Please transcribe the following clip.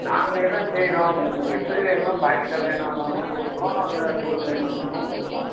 நாங்களே தான் செய்கிறோம் உங்களுக்கு எப்படி வேணுமோ பாக்கெட்டா வேணும்னாலும் கொடுக்குறோம் இந்த தூள் வேணும்னாலும் கொடுக்குறோம்